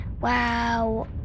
Wow